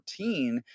14